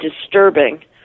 disturbing